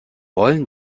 wollen